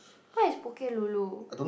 what is Poke-Lulu